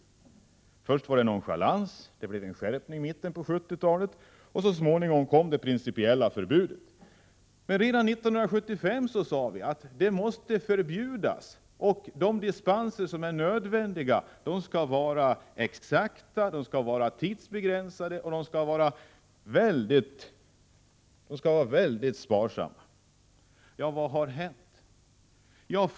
Först möttes kravet med nonchalans, men i mitten på 1970-talet skärpte man sin inställning, och så småningom infördes ett principiellt förbud. Redan 1975 uttalade vi att asbesten måste förbjudas och att de dispenser som är nödvändiga skall vara exakta, tidsbegränsade och mycket sparsamma. Vad har då hänt?